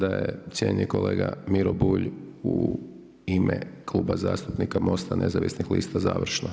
Sada je cijenjeni kolega Miro Bulj u ime Kluba zastupnika Mosta nezavisnih lista završno.